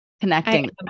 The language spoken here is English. connecting